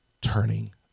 turning